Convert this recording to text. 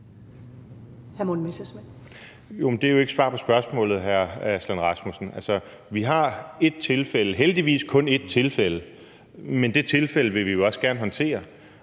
Det er jo ikke svar på spørgsmålet, hr. Lars Aslan Rasmussen. Vi har et tilfælde – og heldigvis kun et tilfælde – men det tilfælde vil vi også gerne håndtere.